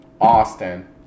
Austin